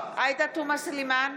בעד עאידה תומא סלימאן,